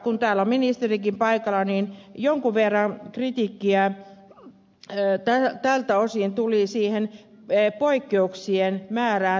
kun täällä on ministerikin paikalla niin totean että jonkun verran kritiikkiä tältä osin tuli poikkeuksien määrään liittyen